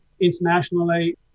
internationally